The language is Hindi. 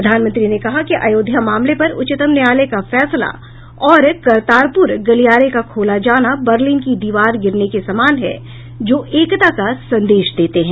प्रधानमंत्री ने कहा कि अयोध्या मामले पर उच्चतम न्यायालय का फैसला और करतारपुर गलियारे का खोला जाना बर्लिन की दीवार गिरने के समान है जो एकता का संदेश देते हैं